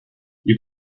you